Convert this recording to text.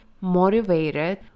motivated